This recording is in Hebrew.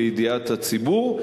לידיעת הציבור,